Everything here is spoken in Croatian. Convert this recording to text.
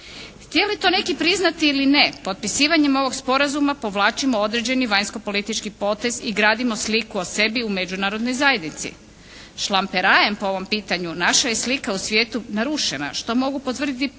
Htjeli to neki priznati ili ne, potpisivanjem ovog sporazuma povlačimo određeni vanjskopolitički potez i gradimo sliku o sebi u međunarodnoj zajednici. Šlamperajem po ovom pitanju naša je slika u svijetu narušena što mogu potvrditi mnogi